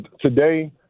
today